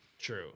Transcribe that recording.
True